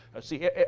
see